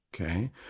Okay